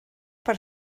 per